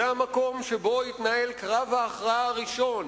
זה המקום שבו התנהל קרב ההכרעה הראשון